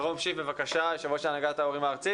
יושב ראש הנהגת ההורים הארצית.